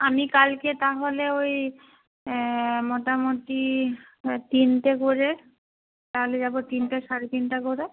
আমি কালকে তাহলে ওই মোটামুটি তিনটে করে তাহলে যাব তিনটে সাড়ে তিনটে করে